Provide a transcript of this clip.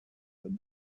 but